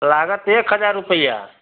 लागत एक हजार रुपैआ